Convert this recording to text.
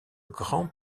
grand